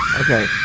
Okay